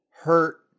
hurt